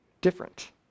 different